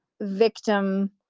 victim